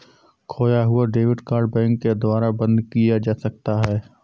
खोया हुआ debit card bank के द्वारा बंद किया जा सकता है